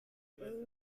what